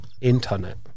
internet